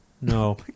no